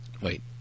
Wait